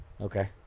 Okay